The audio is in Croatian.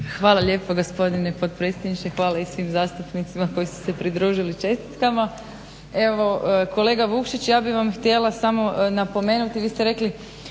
Hvala lijepo gospodine potpredsjedniče, hvala i svim zastupnicima koji su se pridružili čestitkama. Evo kolega Vukšić, ja bih vam htjela samo napomenuti vi ste rekli